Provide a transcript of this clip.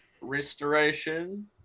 restoration